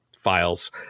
files